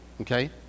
okay